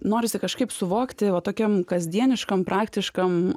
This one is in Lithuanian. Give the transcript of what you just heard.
norisi kažkaip suvokti o tokiam kasdieniškam praktiškam